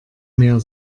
mehr